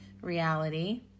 reality